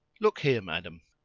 look here, madam,